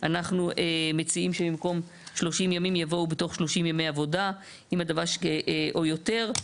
אנחנו מציעים שבמקום 30 ימים יבואו "בתוך 30 ימי עבודה" או יותר,